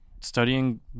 studying